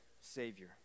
Savior